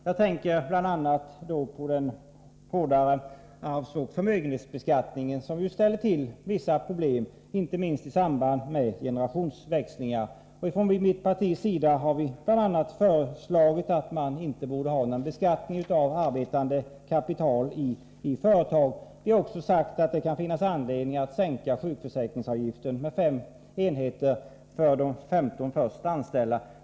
Jag tänker bl.a. på den hårdare arvsoch förmögenhetsbeskattningen, som ju ställer till vissa problem, inte minst i samband med generationsväxlingar. Från mitt partis sida har vi bl.a. föreslagit att man inte borde beskatta arbetande kapital i företagen. Vi har också sagt att det finns anledning att sänka sjukförsäkringsavgiften med fem procentenheter för de 15 först anställda.